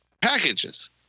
packages